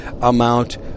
amount